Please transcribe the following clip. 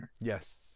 yes